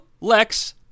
Lex